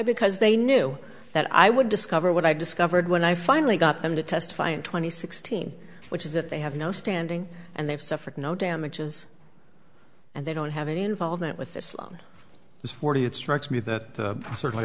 because they knew that i would discover what i discovered when i finally got them to testify in two thousand and sixteen which is that they have no standing and they've suffered no damages and they don't have any involvement with this on this forty it strikes me that certainly